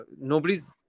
nobody's